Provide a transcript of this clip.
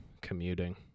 Commuting